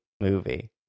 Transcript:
movie